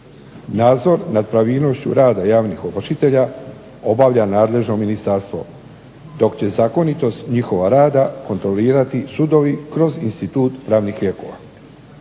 Nadzor nad pravilnošću rada javnih ovršitelja obavlja nadležno ministarstvo, dok će zakonitost njihova rada kontrolirati sudovi kroz institut pravnih lijekova.